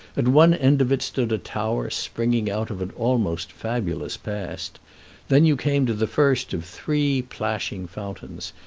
at one end of it stood a tower springing out of an almost fabulous past then you came to the first of three plashing fountains,